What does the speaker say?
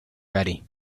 ready